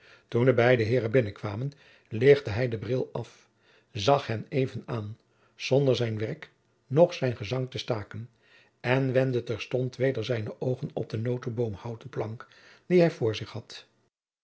toen de beide heeren binnenkwamen lichtte hij den bril af zag hen even aan zonder zijn werk noch zijn gezang te staken en wendde terstond weder zijne oogen op de nooteboomhouten plank die hij voor zich had